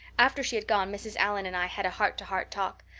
after she had gone mrs. allan and i had a heart-to-heart talk.